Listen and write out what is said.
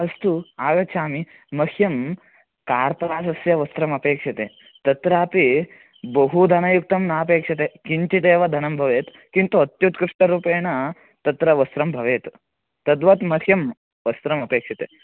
अस्तु आगच्छामि मह्यं कार्पासस्य वस्त्रम् अपेक्षते तत्रापि बहुधनयुक्तं नापेक्षते किञ्चिदेव धनं भवेत् किन्तु अत्युत्कृष्टरूपेण तत्र वस्त्रं भवेत् तद्वत् मह्यं वस्त्रमपेक्षते